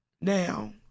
Now